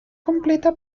completa